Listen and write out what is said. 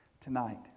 tonight